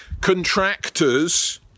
contractors